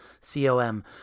C-O-M